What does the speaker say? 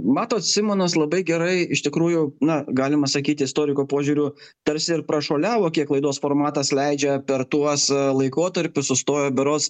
matot simonas labai gerai iš tikrųjų na galima sakyti istoriko požiūriu tarsi ir prašuoliavo kiek laidos formatas leidžia per tuos laikotarpius sustojo berods